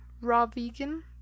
raw-vegan